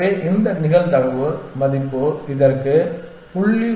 எனவே இந்த நிகழ்தகவு மதிப்பு இதற்கு 0